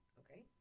okay